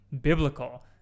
biblical